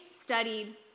studied